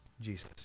Jesus